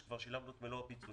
כבר שילמנו את מלוא הפיצויים